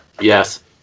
Yes